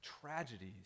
tragedies